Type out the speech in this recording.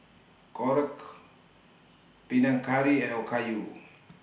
Korokke Panang Curry and Okayu